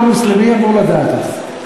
אדוני, בתור מוסלמי, אמור לדעת את זה.